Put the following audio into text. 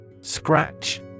Scratch